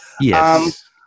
yes